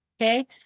okay